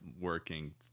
Working